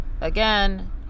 Again